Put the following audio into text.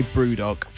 Brewdog